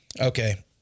okay